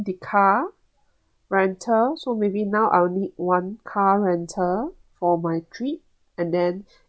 the car rental so maybe now I would need one car rental for my trip and then